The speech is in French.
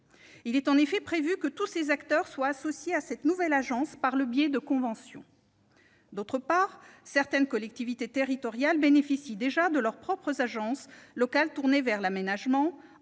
Il est prévu que tous ces acteurs soient associés à la nouvelle agence par le biais de conventions. Par ailleurs, certaines collectivités territoriales disposent déjà de leurs propres agences locales tournées vers l'aménagement,